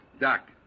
Doc